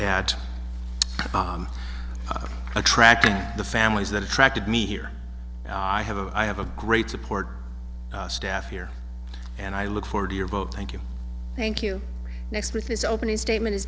at attracting the families that attracted me here i have a i have a great support staff here and i look forward to your vote thank you thank you next week it's opening statement is